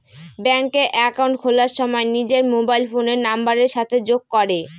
ব্যাঙ্কে একাউন্ট খোলার সময় নিজের মোবাইল ফোনের নাম্বারের সাথে যোগ করে